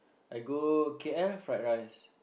I go K_L fried rice